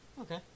okay